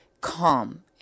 calm